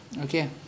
Okay